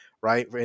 right